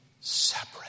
separate